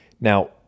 now